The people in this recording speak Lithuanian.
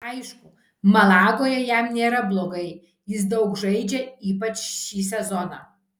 aišku malagoje jam nėra blogai jis daug žaidžia ypač šį sezoną